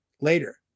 later